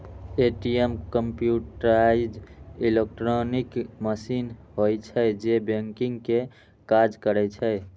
ATM computerised electronic machine होइ छै, जे बैंकिंग के काज करै छै